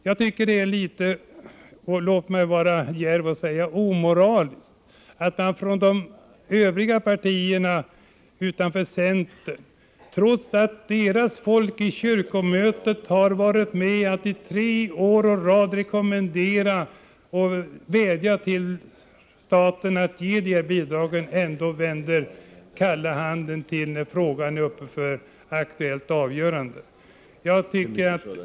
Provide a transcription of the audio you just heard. Låt mig vara djärv och säga att det är litet omoraliskt att de övriga partierna, trots att deras representanter i kyrkomötet tre år i rad har rekommenderat och vädjat till staten att ge dessa bidrag, ändå vinkar med kalla handen när frågan är aktuell för avgörande.